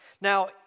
Now